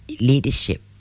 Leadership